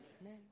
Amen